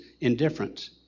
indifference